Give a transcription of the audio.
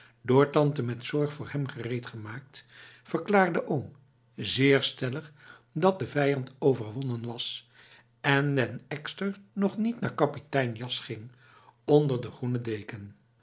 door tante met zorg voor hem gereedgemaakt verklaarde oom zeer stellig dat de vijand overwonnen was en den ekster nog niet naar kapitein jas ging onder de groene deken